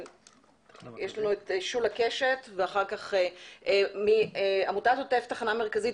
יש לנו את שולה קשת ואחר כך עמותת עוטף תחנה מרכזית,